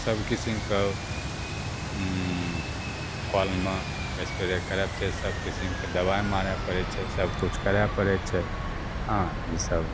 सब किसिमके फलमे स्प्रे करऽ पड़य छै सब किसिमके दवाइ मारय पड़य छै सब किछु करय पड़य छै हँ ई सब